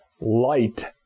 light